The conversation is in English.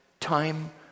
time